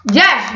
yes